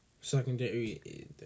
Secondary